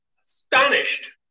astonished